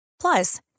Plus